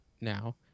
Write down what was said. now